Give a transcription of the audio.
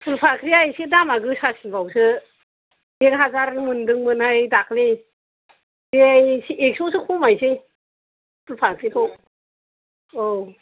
फुल फाख्रिया एसे दामा गोसासिनबावसो एक हाजार मोनदोंमोनहाय दाखालि दे एकस' सो खमायसै फुल फाख्रिखौ औ